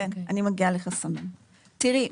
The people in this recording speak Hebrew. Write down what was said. תיראי,